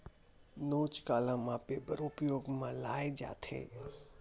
नोच काला मापे बर उपयोग म लाये जाथे?